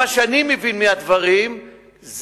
מה שאני מבין מהדברים זה,